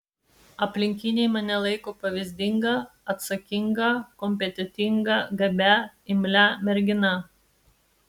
aplinkiniai mane laiko pavyzdinga atsakinga kompetentinga gabia imlia mergina